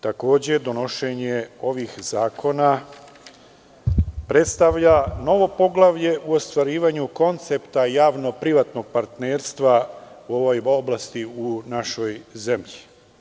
Takođe, donošenje ovih zakona predstavlja novo poglavlje u ostvarivanju koncepta javno-privatnog partnerstva u ovoj oblasti u našoj zemlji.